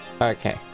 Okay